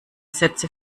sätze